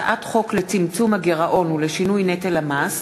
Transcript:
הצעת חוק לצמצום הגירעון ולשינוי נטל המס